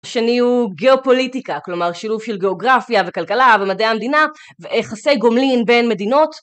השני הוא גיאופוליטיקה, כלומר שילוב של גיאוגרפיה וכלכלה ומדעי המדינה ויחסי גומלין בין מדינות.